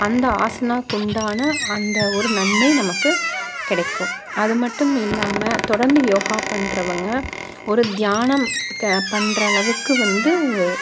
அந்த ஆசனாக்குண்டான அந்த ஒரு நன்மை நமக்கு கிடைக்கும் அதுமட்டும் இல்லைமா தொடர்ந்து யோகா பண்ணுறவங்க ஒரு தியானம் க பண்ணுறளவுக்கு வந்து